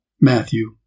Matthew